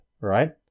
right